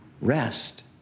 Rest